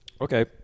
Okay